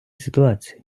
ситуації